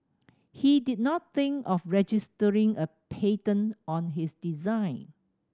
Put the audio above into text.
he did not think of registering a patent on his design